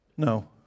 No